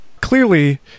clearly